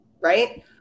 Right